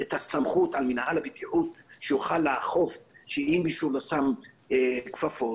את הסמכות על מינהל הבטיחות שיוכל לאכוף אם מישהו לא שם כפפות